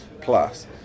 plus